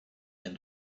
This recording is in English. and